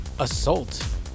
Assault